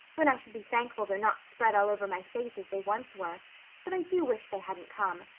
when i should be thankful they're not spread all over my face as they once were but i do wish they hadn't come.